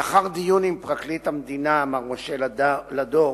לאחר דיון עם פרקליט המדינה, מר משה לדור,